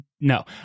No